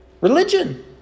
religion